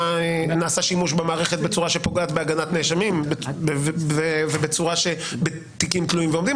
שימוש במערכת בצורה שפוגעת בהגנת נאשמים ובתיקים תלויים ועומדים,